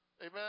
Amen